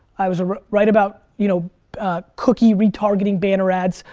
i was right about you know cookie retargeting banner ads,